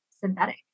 synthetic